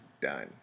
done